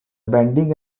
bending